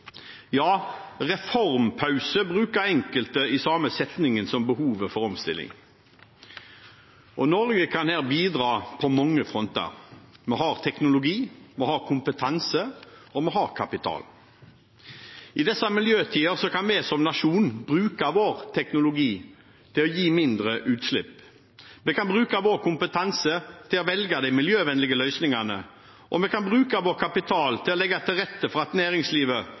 Ja, «reformpause» bruker enkelte i samme setning som «behovet for omstilling». Norge kan her bidra på mange fronter. Vi har teknologi, vi har kompetanse, og vi har kapital. I disse miljøtider kan vi som nasjon bruke vår teknologi til å gi mindre utslipp. Vi kan bruke vår kompetanse til å velge de miljøvennlige løsningene, og vi kan bruke av vår kapital til å legge til rette for at næringslivet